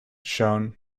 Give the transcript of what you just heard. shone